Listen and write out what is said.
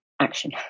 action